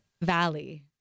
valley